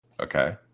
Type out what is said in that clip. Okay